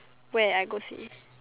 where I go see